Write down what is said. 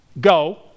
go